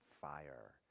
fire